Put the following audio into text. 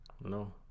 No